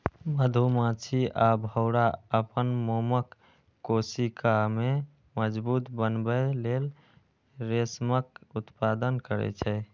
मधुमाछी आ भौंरा अपन मोमक कोशिका कें मजबूत बनबै लेल रेशमक उत्पादन करै छै